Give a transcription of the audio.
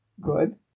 good